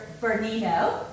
Bernino